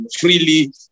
freely